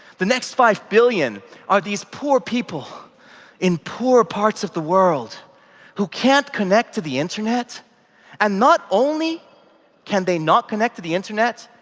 the next five billion are these poor people in poor parts of the world who can't connect to the internet and not only can they not connect to the internet,